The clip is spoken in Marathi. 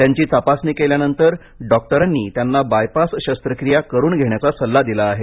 त्यांची तपासणी केल्यानंतर डॉक्टरांनी त्यांना बाय पास शस्त्रक्रिया करुन घेण्याचा सल्ला दिला आहे